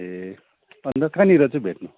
ए अन्त कहाँनिर चाहिँ भेट्नु